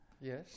yes